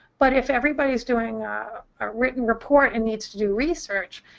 but if everybody is doing a written report and needs to do research,